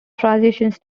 transitions